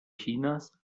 chinas